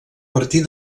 partir